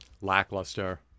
lackluster